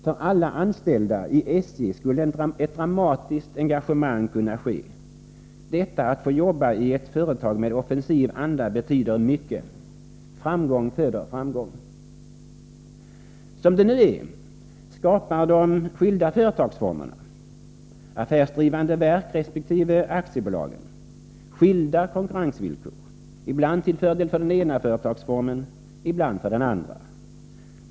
För alla anställda i SJ skulle ett dramatiskt engagemang kunna ske — detta att få jobba i ett företag med offensiv anda betyder mycket. Framgång föder framgång. Som det nu är skapar de skilda företagsformerna — affärsdrivande verk resp. aktiebolag — skilda konkurrensvillkor, ibland till fördel för den ena företagsformen, ibland för den andra.